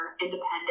independent